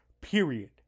period